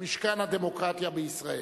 משכן הדמוקרטיה בישראל.